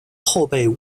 后被